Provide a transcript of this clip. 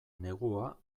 negua